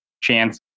chance